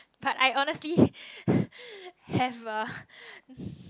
but I honestly have a